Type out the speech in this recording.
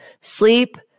sleep